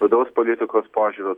vidaus politikos požiūriu